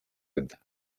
with